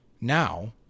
now